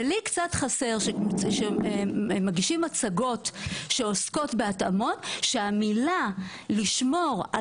לי קצת חסר שמגישים מצגות שעוסקות בהתאמות כשהמילים לשמור על